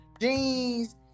jeans